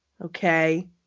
okay